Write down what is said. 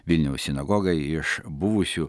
vilniaus sinagoga iš buvusių